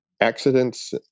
Accidents